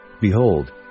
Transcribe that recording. Behold